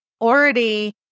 already